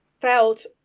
felt